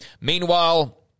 Meanwhile